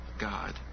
God